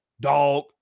Dog